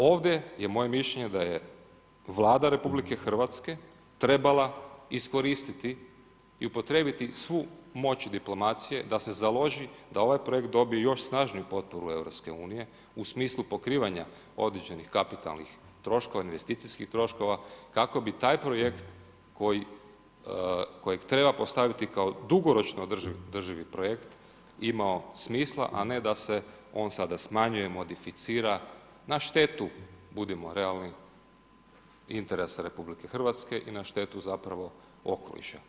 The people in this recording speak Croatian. Ovdje je moje mišljenje da je Vlada RH trebala iskoristiti i upotrijebiti svu moć diplomacije da se založi da ovaj projekt dobije još snažniju potporu EU u smislu pokrivanja određenih kapitalnih troškova i investicijskih troškova kako bi taj projekt kojeg treba postaviti kao dugoročno održivi projekt imao smisla, a ne da se on sada smanjuje, modificira na štetu, budimo realni, interesa RH i na štetu okoliša.